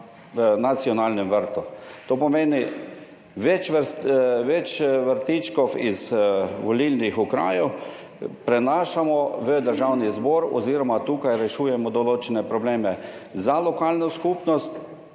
na nacionalnem vrtu. To pomeni več vrst, več vrtičkov iz volilnih okrajev prenašamo v Državni zbor oziroma tukaj rešujemo določene probleme za lokalno skupnost,